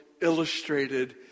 illustrated